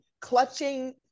clutching